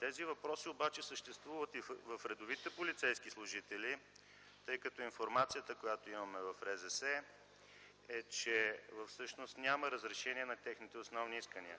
Тези въпроси обаче съществуват и в редовите полицейски служители, тъй като информацията, която имаме в „Ред, законност и справедливост”, е, че всъщност няма разрешение на техните основни искания.